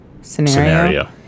scenario